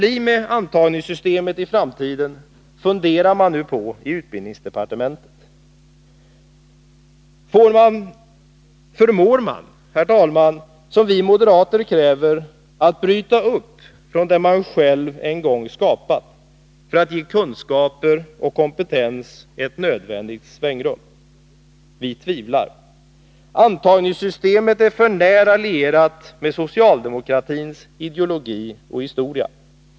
Inom utbildningsdepartementet funderar man på hur det skall bli med antagningssystemet i framtiden. Herr talman! Förmår man — och det är något som vi moderater kräver — att bryta upp från det man själv en gång skapat för att ge kunskaper och kompetens ett nödvändigt svängrum? Vi betvivlar det. Antagningssystemet är för nära lierat med socialdemokratins ideologi och historia.